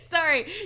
Sorry